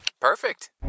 Perfect